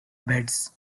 beds